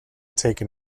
taken